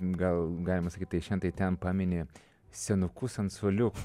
gal galima sakyt tai šen tai ten pamini senukus ant suoliuko